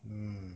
mm